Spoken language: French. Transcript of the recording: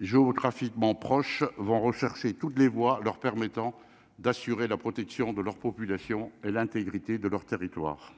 géographiquement proches vont rechercher toutes les voix leur permettant d'assurer la protection de leur population et l'intégrité de leur territoire,